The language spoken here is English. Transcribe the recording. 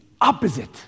opposite